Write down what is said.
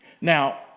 Now